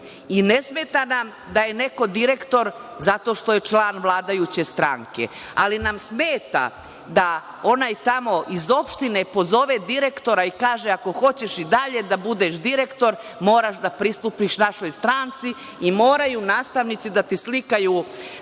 i ne smeta nam da je neko direktor zato što je član vladajuće stranke, ali nam smeta onaj tamo iz opštine pozove direktora i kaže – ako hoćeš i dalje da budeš direktor, moraš da pristupiš našoj stranci i moraju nastavnici da ti slikaju